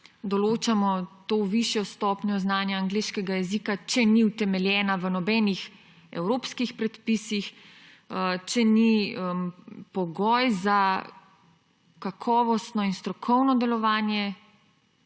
določamo višjo stopnjo znanja angleškega jezika, če ni utemeljena v nobenih evropskih predpisih, če ni pogoj za kakovostno in strokovno delovanje